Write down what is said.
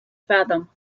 fathom